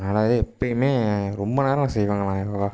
அதனால் தான் எப்போயுமே ரொம்ப நேரம் செய்வேங்க நான் யோகா